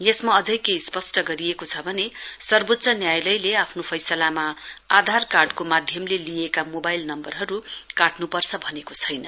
यसमा अझै के स्पष्ट गरिएको छ भने सर्वोच्च न्यायालयले आफ्नो फैसलामा आधार कार्डको माध्यमले लिइएका मोवाइल नम्बरहरु काटन् पर्छ भनेको छैन्